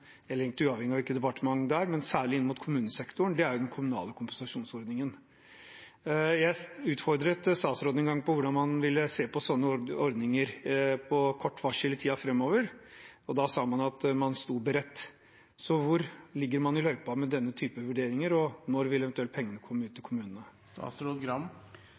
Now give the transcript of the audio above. egentlig uavhengig av hvilket departement det er – særlig inn mot kommunesektoren, er den kommunale kompensasjonsordningen. Jeg utfordret statsråden en gang på hvordan man ville se på sånne ordninger på kort varsel i tiden framover, og da sa man at man sto beredt. Så hvor i løypa ligger man med denne typen vurderinger, og når vil eventuelt pengene komme ut til kommunene?